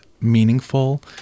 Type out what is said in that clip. meaningful